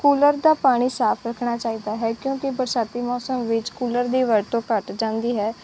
cooler ਦਾ ਪਾਣੀ ਸਾਫ ਰੱਖਣਾ ਚਾਹੀਦਾ ਹੈ ਕਿਉਂਕਿ ਬਰਸਾਤੀ ਮੌਸਮ ਵਿੱਚ ਕੂਲਰ ਦੀ ਵਰਤੋਂ ਘੱਟ ਜਾਂਦੀ ਹੈ